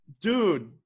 dude